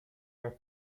are